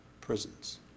prisons